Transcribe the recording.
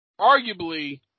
arguably